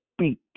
speak